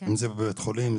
אם זה בבית חולים,